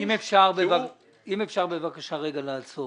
שהוא --- אם אפשר בבקשה רגע לעצור.